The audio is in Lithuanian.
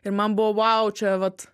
ir man buvo vau čia vat